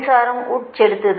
மின்சார உட்செலுத்துதல் 0